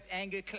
anger